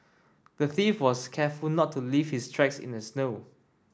the thief was careful not to leave his tracks in the snow